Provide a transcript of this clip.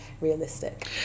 realistic